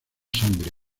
sangre